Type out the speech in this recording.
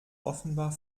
offenbar